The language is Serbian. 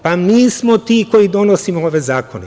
Pa, mi smo ti koji donosimo ove zakone.